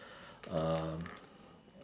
um